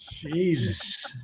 jesus